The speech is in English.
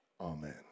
Amen